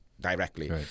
directly